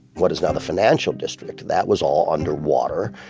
what is now the financial district, that was all underwater.